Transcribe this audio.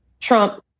Trump